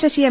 Sasi M